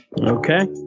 okay